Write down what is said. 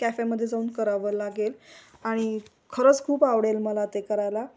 कॅफेमध्ये जाऊन करावं लागेल आणि खरंच खूप आवडेल मला ते करायला